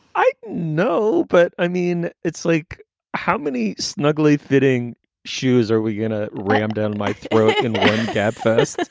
i know but i mean, it's like how many snuggly fitting shoes are we gonna ram down my throat gabfests?